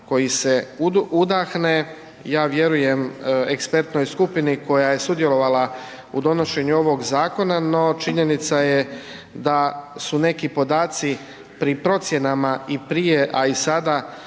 koji se udahne, ja vjerujem ekspertnoj skupni koja je sudjelovala u donošenju ovog zakona, no činjenica je da su neki podaci pri procjenama i prije, a i sada